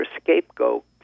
scapegoat